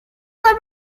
fue